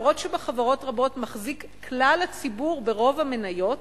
למרות שבחברות רבות מחזיק כלל הציבור ברוב המניות,